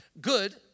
good